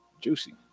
Juicy